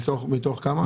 מתוך כמה.